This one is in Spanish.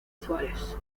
suárez